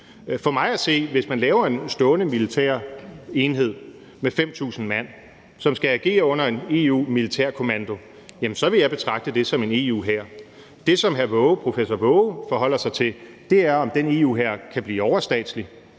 den 1. juni. Hvis man laver en stående militær enhed med 5.000 mand, som skal agere under en EU-militærkommando, så vil jeg betragte det som en EU-hær. Det, som hr. professor Frederik Waage forholder sig til, er, om den EU-hær kan blive overstatslig.